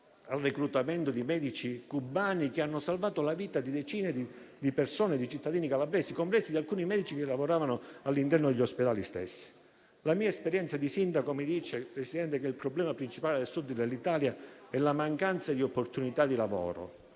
al reclutamento di medici cubani, che hanno salvato la vita di decine di cittadini calabresi, compresi alcuni medici che lavoravano all'interno degli ospedali. Signor Presidente, la mia esperienza di sindaco mi dice che il problema principale del Sud Italia è la mancanza di opportunità di lavoro.